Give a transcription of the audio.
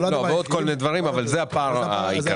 לא, יש עוד כל מיני דברים אבל זה הפער העיקרי.